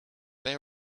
they